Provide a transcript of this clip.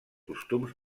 costums